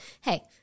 hey